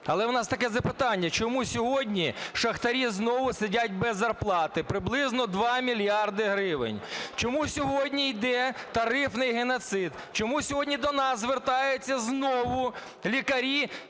Але у нас таке запитання: чому сьогодні шахтарі знову сидять без зарплати - приблизно 2 мільярда гривень? Чому сьогодні йде "тарифний геноцид"? Чому сьогодні до нас звертаються знову лікарі?